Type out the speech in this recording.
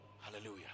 Hallelujah